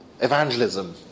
Evangelism